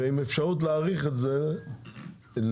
ועם אפשרות להאריך את זה לעוד